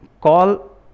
call